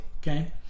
Okay